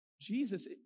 Jesus